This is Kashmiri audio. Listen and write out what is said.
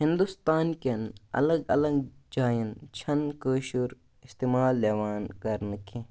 ہِنٛدوستان کٮ۪ن الگ الگ جایَن چھَ نہٕ کٲشُر استمال یِوان کَرنہٕ کیٚنٛہہ